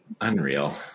Unreal